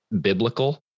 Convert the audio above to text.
biblical